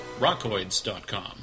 Rockoids.com